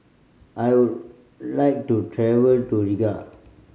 I'll like to travel to Riga